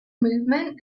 movement